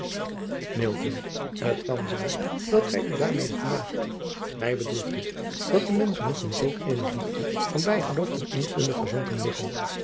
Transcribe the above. t an zijn dat gij u daarmede vermaakt mij bedroeft het dat de menschen nog in zulk eene diepte van bijgeloof en onkunde verzonken